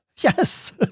Yes